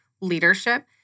leadership